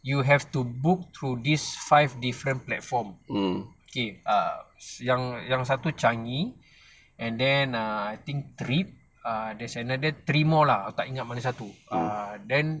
you have to book through these five different platform okay err yang satu changi and then err I think trip err there's another three more lah aku tak ingat mana satu err then